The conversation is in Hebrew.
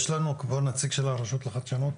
יש לנו פה נציג של הרשות לחדשנות?